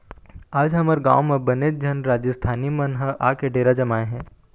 आज हमर गाँव म बनेच झन राजिस्थानी मन ह आके डेरा जमाए हे